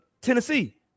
Tennessee